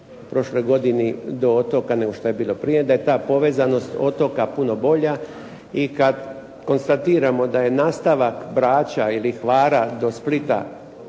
prošloj godini do otoka nego što je bilo prije, da je ta povezanost otoka puno bolja i kad konstatiramo da je nastavak Brača ili Hvara do Splita,